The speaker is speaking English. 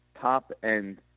top-end